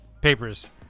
papers